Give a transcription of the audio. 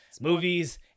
movies